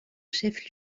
chef